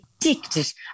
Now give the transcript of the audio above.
addicted